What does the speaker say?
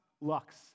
Lux